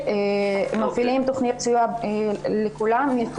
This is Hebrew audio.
מפעילים תכניות סיוע לכולם.